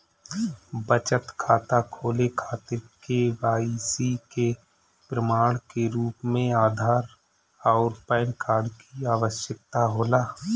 बचत खाता खोले खातिर के.वाइ.सी के प्रमाण के रूप में आधार आउर पैन कार्ड की आवश्यकता होला